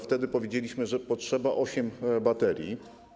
Wtedy powiedzieliśmy, że potrzeba ośmiu baterii.